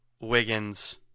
Wiggins